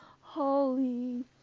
holy